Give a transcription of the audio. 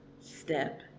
step